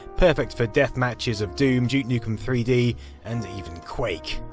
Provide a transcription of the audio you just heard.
perfect for death matches of doom, duke nukem three d and even quake,